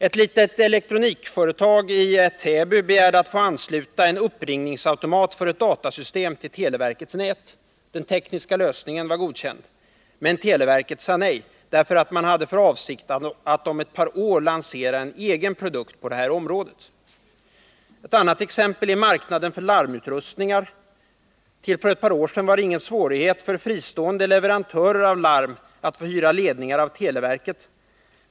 Ett litet elektronikföretag i Täby begärde att få ansluta en uppringningsautomat för ett datasystem till televerkets nät. Den tekniska lösningen var godkänd. Men televerket sade nej, därför att man hade för avsikt att om ett par år lansera en egen produkt på detta område. Ett annat exempel är marknaden för larmutrustningar. Till för ett par år sedan var det ingen svårighet för fristående leverantörer av larm att få hyra ledningar av televerket.